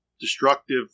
destructive